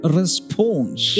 response